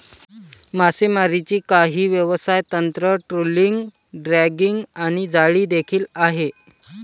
मासेमारीची काही व्यवसाय तंत्र, ट्रोलिंग, ड्रॅगिंग आणि जाळी देखील आहे